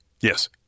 Yes